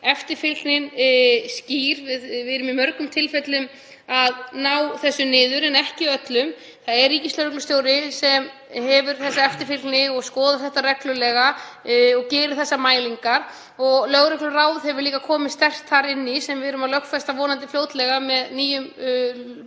eftirfylgnin skýr. Við erum í mörgum tilfellum að ná þessu niður en ekki öllum. Það er ríkislögreglustjóri sem sér um þessa eftirfylgni og skoðar þetta reglulega og gerir þessar mælingar. Lögregluráð hefur líka komið sterkt þar inn sem við erum að lögfesta, vonandi fljótlega, með frumvarpi um